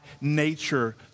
nature